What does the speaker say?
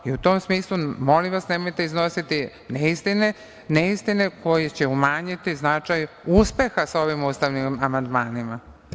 U tom smislu, molim vas, nemojte iznositi neistine koje će umanjiti značaj uspeha sa ovim ustavnim amandmanima.